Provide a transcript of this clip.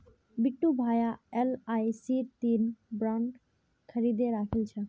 बिट्टू भाया एलआईसीर तीन बॉन्ड खरीदे राखिल छ